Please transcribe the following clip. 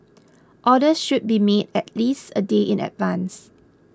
orders should be made at least a day in advance